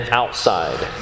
outside